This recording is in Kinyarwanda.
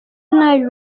nabi